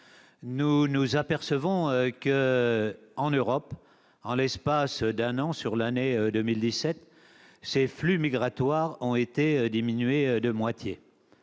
nous nous apercevons qu'en l'espace d'un an- l'année 2017 -, les flux migratoires ont diminué de moitié.